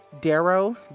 Darrow